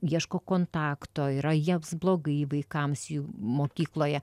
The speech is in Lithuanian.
ieško kontakto yra jiems blogai vaikams jų mokykloje